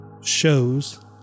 shows